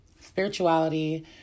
spirituality